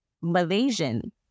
Malaysian